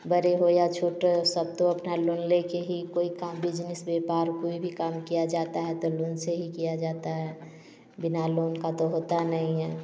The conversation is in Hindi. बड़े हो या छोटे सब तो अपना लोन ले के ही कोई काम बिजनेस व्यापार कोई भी काम किया जाता है तो लोन से ही किया जाता है बिना लोन का तो होता नहीं हैं